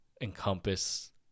encompass